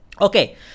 okay